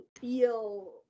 feel